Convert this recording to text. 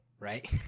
Right